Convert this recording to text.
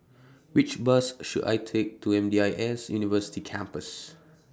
Which Bus should I Take to M D I S University Campus